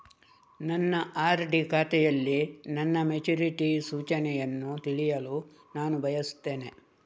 ನನ್ನ ಆರ್.ಡಿ ಖಾತೆಯಲ್ಲಿ ನನ್ನ ಮೆಚುರಿಟಿ ಸೂಚನೆಯನ್ನು ತಿಳಿಯಲು ನಾನು ಬಯಸ್ತೆನೆ